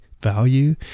value